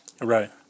Right